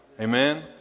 Amen